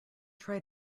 try